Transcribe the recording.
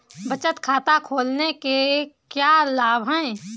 बचत खाता खोलने के क्या लाभ हैं?